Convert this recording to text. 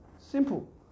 simple